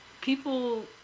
People